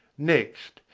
next,